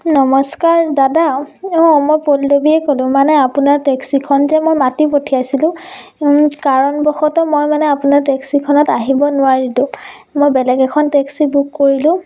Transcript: নমস্কাৰ দাদা অঁ মই পল্লৱীয়ে ক'লো মানে আপোনাৰ টেক্সীখন যে মই মাতি পঠিয়াইছিলোঁ কাৰণবশতঃ মই মানে আপোনাৰ টেক্সীখনত আহিব নোৱাৰিলোঁ মই বেলেগ এখন টেক্সী বুক কৰিলোঁ